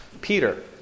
Peter